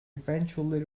eventually